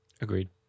Agreed